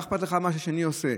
מה אכפת לך מה השני עושה?